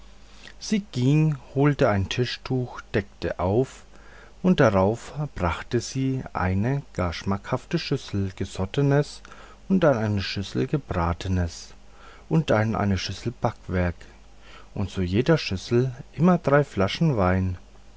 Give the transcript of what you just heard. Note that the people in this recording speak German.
sie ging holte ein tischtuch deckte auf und darauf brachte sie eine gar schmackhafte schüssel gesottenes und dann eine schüssel gebratenes und dann eine schüssel backwerk und zu jeder schüssel immer drei flaschen wein